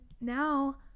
now